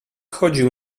chodził